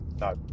No